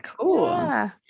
cool